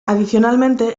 adicionalmente